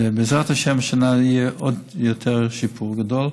ובעזרת השם השנה יהיה שיפור עוד יותר גדול.